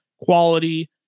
quality